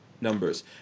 numbers